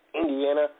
Indiana